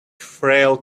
frail